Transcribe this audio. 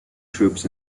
troops